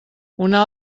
una